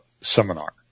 seminar